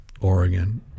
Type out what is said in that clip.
Oregon